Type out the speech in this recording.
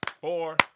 four